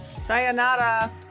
Sayonara